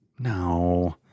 No